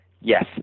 Yes